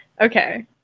okay